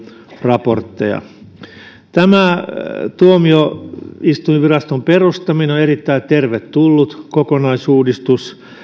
raportteja tuomioistuinviraston perustaminen on erittäin tervetullut kokonaisuudistus